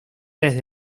desde